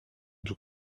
tout